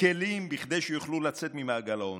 כסף אלא גם לתת כלים כדי שיוכלו לצאת ממעגל העוני,